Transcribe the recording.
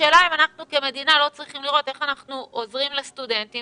השאלה היא האם אנחנו כמדינה לא צריכים לראות איך אנחנו עוזרים לסטודנטים